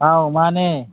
ꯑꯧ ꯃꯥꯟꯅꯦ